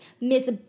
miss